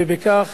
וכך